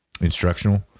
instructional